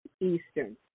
Eastern